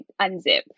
unzip